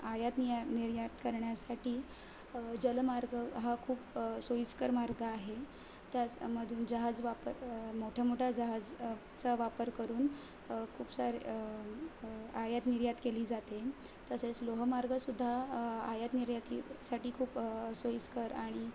आयात निया निर्यात करण्यासाठी जलमार्ग हा खूप सोयीस्कर मार्ग आहे त्यामधून जहाज वापर मोठ्या मोठ्या जहाजचा वापर करून खूप सारे आयात निर्यात केली जाते तसेच लोहमार्ग सुद्धा आयात निर्यातीसाठी खूप सोयीस्कर आणि